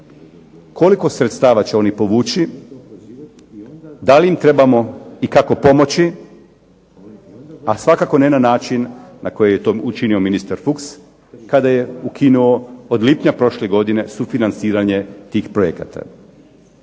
koliko sredstava će oni povući, da li im trebamo i kako pomoći, a svakako ne na način na koji je to učinio ministar Fuchs kada je ukinuo od lipnja prošle godine sufinanciranje tih projekata.